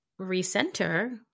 recenter